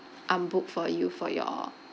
unbook for you for your